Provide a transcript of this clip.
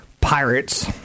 pirates